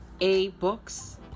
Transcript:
A-books